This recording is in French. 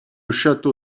château